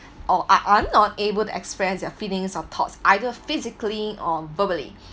or uh on not able to express their feelings or thoughts either physically or verbally